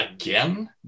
again